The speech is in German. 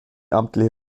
amtliche